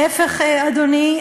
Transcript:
להפך, אדוני.